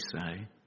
say